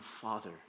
father